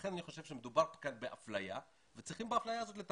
לכן אני חושב שמדובר כאן באפליה ובאפליה הזאת צריך לטפל.